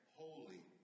holy